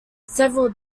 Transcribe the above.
several